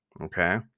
okay